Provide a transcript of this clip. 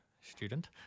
student